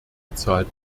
bezahlt